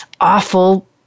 awful